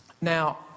Now